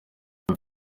mba